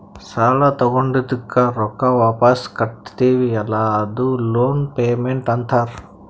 ಸಾಲಾ ತೊಂಡಿದ್ದುಕ್ ರೊಕ್ಕಾ ವಾಪಿಸ್ ಕಟ್ಟತಿವಿ ಅಲ್ಲಾ ಅದೂ ಲೋನ್ ಪೇಮೆಂಟ್ ಅಂತಾರ್